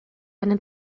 eine